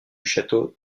château